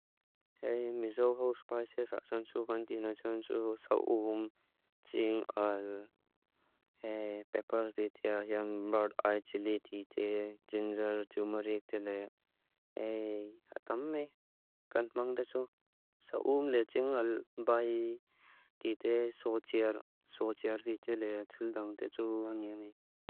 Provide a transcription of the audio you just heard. Hei, miso ho spaise saksansu wan tina tsansu saum tsin al. Hei, pepa ri tia hian rar ai tsili tite jinsar tiu marik tile. Hei, atam me kantmang tetsu. Saum le tsin al bai tite so tiar, so tiar tite le tildang tetsu anjeni.